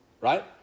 right